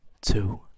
two